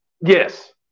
Yes